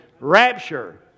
rapture